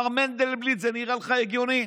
מר מנדלבליט, זה נראה לך הגיוני?